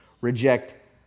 Reject